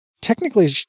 technically